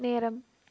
நேரம்